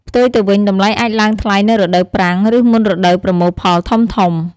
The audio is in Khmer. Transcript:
ផ្ទុយទៅវិញ តម្លៃអាចឡើងថ្លៃនៅរដូវប្រាំង ឬមុនរដូវប្រមូលផលធំៗ។